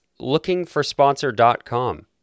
lookingforsponsor.com